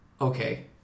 Okay